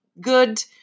good